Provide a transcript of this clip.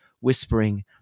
whispering